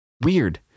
Weird